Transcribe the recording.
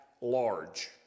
large